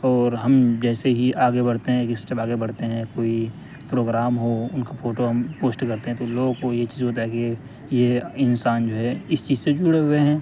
اور ہم جیسے ہی آگے بڑھتے ہیں ایک اسٹیپ آگے بڑھتے ہیں کوئی پروگرام ہو ان کا فوٹو ہم پوسٹ کرتے ہیں تو لوگوں کو یہ چیز ہوتا ہے کہ یہ انسان جو ہے اس چیز سے جڑے ہوئے ہیں